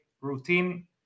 routine